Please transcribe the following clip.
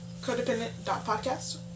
codependent.podcast